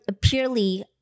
purely